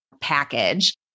package